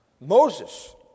moses